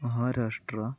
Maharashtra